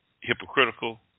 hypocritical